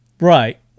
Right